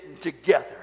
together